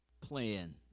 plan